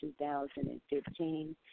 2015